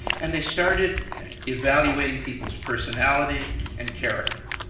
and they started evaluating people's personality and character,